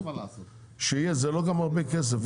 זה גם לא הרבה כסף,